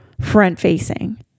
front-facing